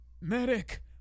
Medic